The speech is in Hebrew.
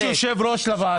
יש יושב-ראש לוועדה.